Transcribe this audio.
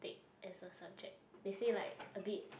take as a subject they say like a bit